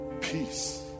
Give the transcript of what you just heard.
peace